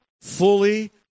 fully